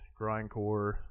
grindcore